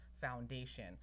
foundation